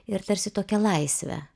ir tarsi tokią laisvę